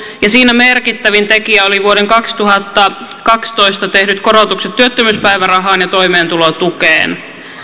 ja siinä merkittävin tekijä olivat vuonna kaksituhattakaksitoista tehdyt korotukset työttömyyspäivärahaan ja toimeentulotukeen